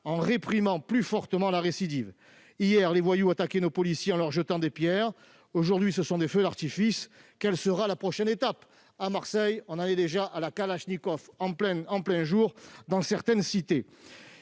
en réprimant plus fortement la récidive. Hier, les voyous attaquaient nos policiers en leur jetant des pierres ; aujourd'hui, ce sont des feux d'artifice. Quelle sera la prochaine étape ? À Marseille, on a déjà la kalachnikov en plein jour dans certaines cités